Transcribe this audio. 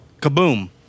kaboom